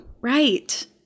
right